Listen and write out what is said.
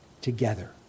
together